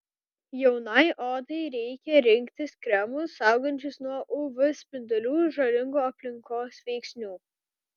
jaunai odai reikia rinktis kremus saugančius nuo uv spindulių žalingų aplinkos veiksnių